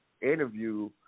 interview